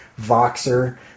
Voxer